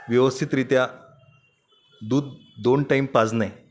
व्यवस्थितरीत्या दूध दोन टाईम पाजणे